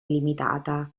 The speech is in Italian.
limitata